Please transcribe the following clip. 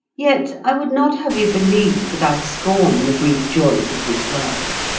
yet i would not have you believe that i scorn the brief joys of this world.